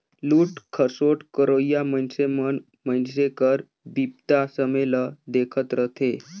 लूट खसोट करोइया मइनसे मन मइनसे कर बिपदा समें ल देखत रहथें